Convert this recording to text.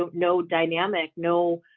ah no dynamic no,